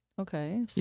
Okay